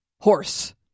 Horse